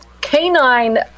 canine